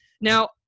now